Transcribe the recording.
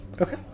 Okay